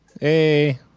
hey